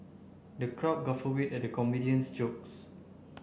the crowd guffawed at the comedian's jokes